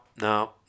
No